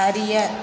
அறிய